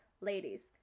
ladies